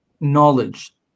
knowledge